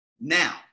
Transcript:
Now